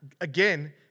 again